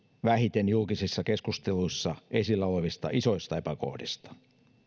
vähiten julkisissa keskusteluissa esillä olevista isoista epäkohdista